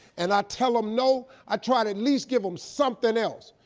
and i tell them no, i try to at least give them something else.